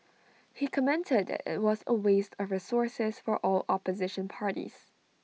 he commented that IT was A waste of resources for all opposition parties